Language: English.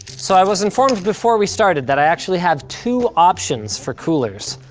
so i was informed before we started that i actually have two options for coolers.